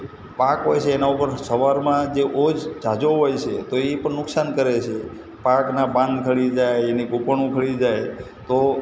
જે પાક હોય છે એના પર સવારમાં ઓજ જે ઝાઝો હોય છે તો એ પણ નુકસાન કરે છે પાકના પાન ખરી જાય એની કૂંપળ ઉખડી જાય તો